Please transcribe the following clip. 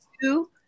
two